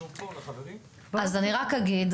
אז אני רק אגיד,